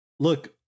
Look